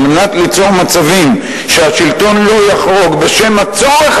ועל מנת ליצור מצבים שהשלטון לא יחרוג בשם הצורך